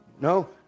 no